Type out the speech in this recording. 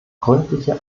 gründliche